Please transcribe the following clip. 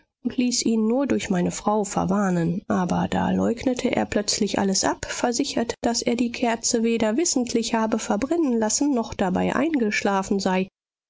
ließ ihn nur durch meine frau verwarnen aber da leugnet er plötzlich alles ab versichert daß er die kerze weder wissentlich habe verbrennen lassen noch dabei eingeschlafen sei